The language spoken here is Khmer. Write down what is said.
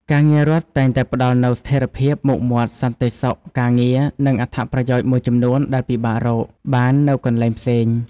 ការងាររដ្ឋតែងតែផ្តល់នូវស្ថិរភាព មុខមាត់ សន្តិសុខការងារ និងអត្ថប្រយោជន៍មួយចំនួនដែលពិបាករកបាននៅកន្លែងផ្សេង។